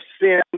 sin